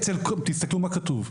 תסתכלו מה כתוב.